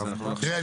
אז אנחנו --- תראה,